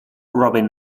robin